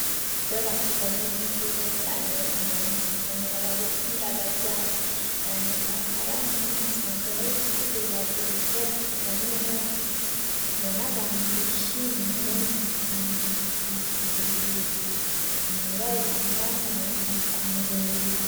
Gutora Kagame ni byiza cyane abantu barabikunda. Cyane cyane abana usanga bari kuvuga bati:"Bagiye gutora Kagame wacu, ukabona abantu bishimye bari kumanika amadapo hejuru. Bamwe bari kumubangamira bari kumureba.